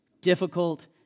difficult